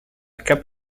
cape